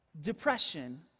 depression